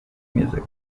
music